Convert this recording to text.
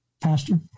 Pastor